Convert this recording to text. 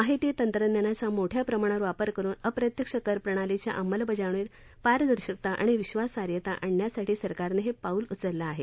माहिती तंत्रज्ञानाचा मोठ्या प्रमाणावर वापर करुन अप्रत्यक्ष करप्रणालीच्या अंमलबजावणीत पारदर्शकता आणि विश्वासार्हता आणण्यासाठी सरकारनं हे पाऊल उचललं आहे